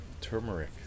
turmeric